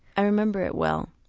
i remember it well.